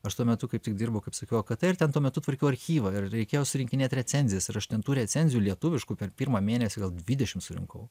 aš tuo metu kaip tik dirbau kaip akt ir ten tuo metu tvarkiau archyvą ir reikėjo surinkinėt recenzijas ir aš ten tų recenzijų lietuviškų per pirmą mėnesį gal dvidešimt surinkau